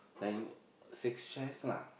then six chairs lah